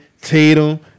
Tatum